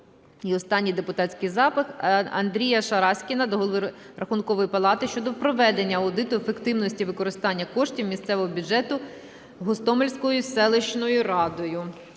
останній депутатський запит – Андрія Шараськіна до голови Рахункової палати щодо проведення аудиту ефективності використання коштів місцевого бюджету Гостомельською селищною радою.